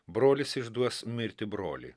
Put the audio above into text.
brolis išduos mirti brolį